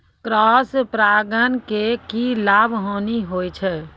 Cross परागण के की लाभ, हानि होय छै?